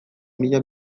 mila